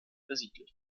besiedelt